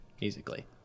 musically